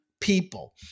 people